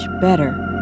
better